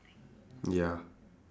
ya